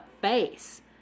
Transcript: face